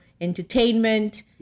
entertainment